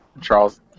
Charles